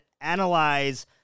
analyze